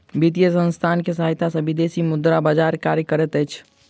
वित्तीय संसथान के सहायता सॅ विदेशी मुद्रा बजार कार्य करैत अछि